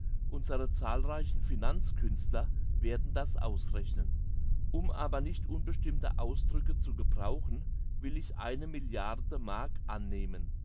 unsere zahlreichen finanzkünstler werden das ausrechnen um aber nicht unbestimmte ausdrücke zu gebrauchen will ich eine milliarde mark annehmen